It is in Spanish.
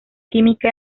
química